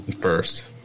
First